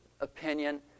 opinion